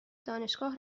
دانشگاه